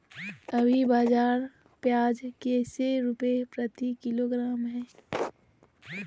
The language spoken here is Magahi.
अभी बाजार प्याज कैसे रुपए प्रति किलोग्राम है?